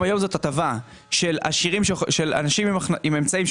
היום זו הטבה של אנשים עם אמצעים,